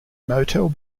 motel